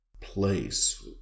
place